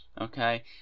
okay